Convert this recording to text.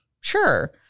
Sure